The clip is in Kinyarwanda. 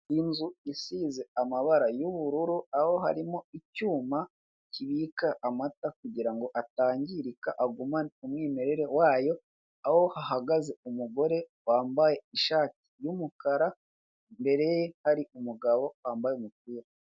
Inzu isize amabara y'ubururu aho harimo icyuma kibika amata kugira ngo atangirika agumane umwimerere wayo, aho hahagaze umugore wambaye ishati y'umukara, imbere ye hari umugabo wambaye umupira.